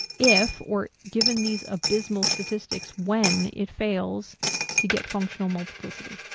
if, or given these abysmal statistics, when, it fails to get functional multiplicity.